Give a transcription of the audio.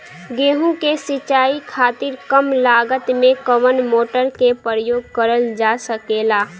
गेहूँ के सिचाई खातीर कम लागत मे कवन मोटर के प्रयोग करल जा सकेला?